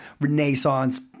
Renaissance